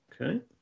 Okay